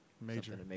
major